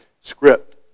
script